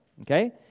Okay